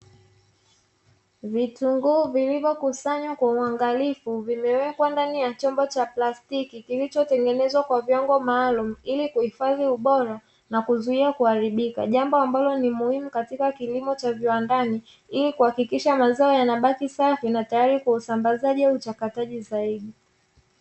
Vitunguu vilivyokusanywa kwa uangalifu vimewekwa ndani ya chombo cha plastiki kilichotengenezwa kwa viwango maalumu ili kuhifadhi ubora na kuzuia kuharibika. Jambo ambao ni muhimu katika kilimo cha viwandani, ili kuhakikisha mazao yanabaki safi na tayari kwa usambazaji au uchakataji zaidi.